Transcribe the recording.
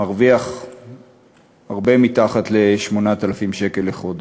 מרוויח הרבה מתחת ל-8,000 שקל לחודש.